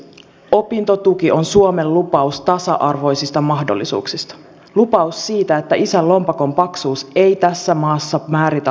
opintotuki on suomen lupaus tasa arvoisista mahdollisuuksista lupaus siitä että isän lompakon paksuus ei tässä maassa määritä lapsen tulevaisuutta